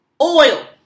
oil